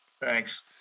Thanks